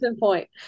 point